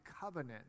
covenant